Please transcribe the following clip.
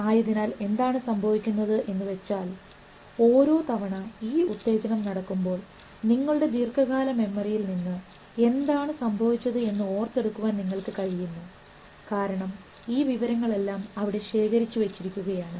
ആയതിനാൽ എന്താണ് സംഭവിക്കുന്നത് എന്ന് വെച്ചാൽ ഓരോ തവണ ഈ ഉത്തേജനം ഉണ്ടാകുമ്പോൾ നിങ്ങളുടെ ദീർഘകാല മെമ്മറിയിൽ നിന്ന് എന്താണ് സംഭവിച്ചത് എന്ന് ഓർത്തെടുക്കുവാൻ നിങ്ങൾക്ക് കഴിയുന്നു കാരണം ഈ വിവരങ്ങളെല്ലാം അവിടെ ശേഖരിച്ചു വെച്ചിരിക്കുകയാണ്